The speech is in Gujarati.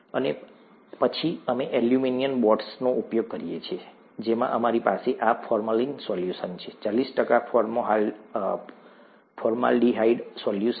અને પછી અમે એલ્યુમિનિયમ બોર્ડ્સનો ઉપયોગ કરીએ છીએ જેમાં અમારી પાસે આ ફોર્મલિન સોલ્યુશન છે ચાલીસ ટકા ફોર્માલ્ડિહાઇડ સોલ્યુશન